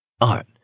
Art